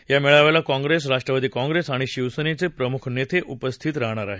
या मेळाव्याला काँग्रेस राष्ट्रवादी काँग्रेस आणि शिवसेनेचे प्रमुख नेते उपस्थित राहणार आहेत